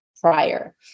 prior